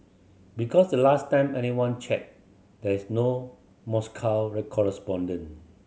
because the last time anyone checked there is no Moscow correspondent